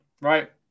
right